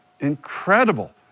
Incredible